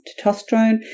testosterone